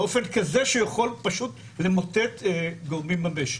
באופן כזה שהוא יכול למוטט גורמים במשק.